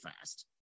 fast